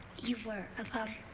you were a bum.